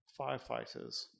firefighters